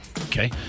Okay